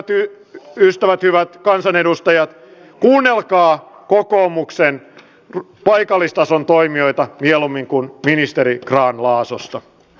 hyvät ystävät hyvät kansanedustajat kuunnelkaa kokoomuksen paikallistason toimijoita mieluummin kuin ministeri grahn laasosta